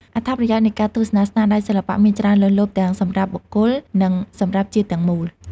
អត្ថប្រយោជន៍នៃការទស្សនាស្នាដៃសិល្បៈមានច្រើនលើសលប់ ទាំងសម្រាប់បុគ្គល និងសង្គមជាតិទាំងមូល។